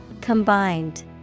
Combined